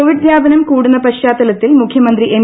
Covid വ്യാപനം കൂടുന്ന പശ്ചാത്തലത്തിൽ മുഖ്യമന്ത്രി എം